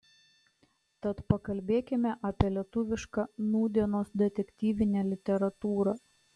tad pakalbėkime apie lietuvišką nūdienos detektyvinę literatūrą